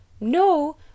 no